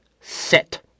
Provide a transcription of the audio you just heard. Sit